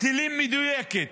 טילים מדויקת,